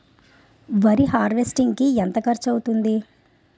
వరి హార్వెస్టింగ్ కి ఎంత ఖర్చు అవుతుంది?